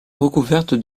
recouverte